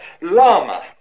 lama